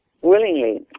Willingly